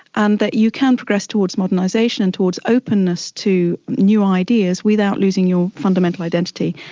and that you can progress towards modernisation and towards openness to new ideas without losing you fundamental identity.